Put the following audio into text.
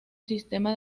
sistema